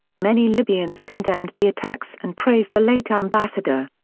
many libyans condemned the attacks and praised the late ambassador.